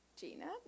Gina